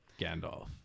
gandalf